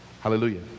Hallelujah